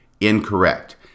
incorrect